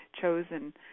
chosen